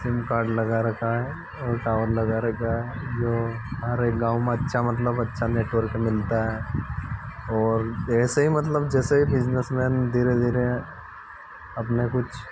SIM card लगा रखा है और टावर लगा रखा है जो हमारे गाँव में अच्छा मतलब अच्छा नेटवर्क मिलता है और ऐसे ही मतलब जैसे बिजनेसमैन धीरे धीरे अपने कुछ